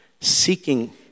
seeking